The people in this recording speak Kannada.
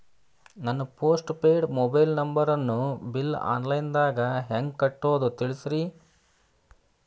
ನನ್ನ ಪೋಸ್ಟ್ ಪೇಯ್ಡ್ ಮೊಬೈಲ್ ನಂಬರನ್ನು ಬಿಲ್ ಆನ್ಲೈನ್ ದಾಗ ಹೆಂಗ್ ಕಟ್ಟೋದು ತಿಳಿಸ್ರಿ